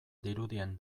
dirudien